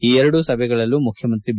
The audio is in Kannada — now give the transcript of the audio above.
ಈ ಎರಡು ಸಭೆಗಳಲ್ಲೂ ಮುಖ್ಯಮಂತ್ರಿ ಬಿ